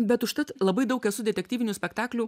bet užtat labai daug esu detektyvinių spektaklių